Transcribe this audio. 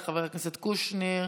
את חבר הכנסת קושניר,